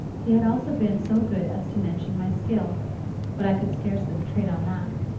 he had also been so good as to mention my skill but i could scarcely trade on that.